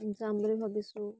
যাম বুলি ভাবিছোঁ